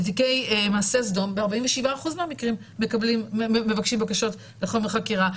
בתיקי מעשה סדום ב-47% מהמקרים מבקשים בקשות לחומר לחקירה,